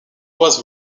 was